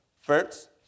First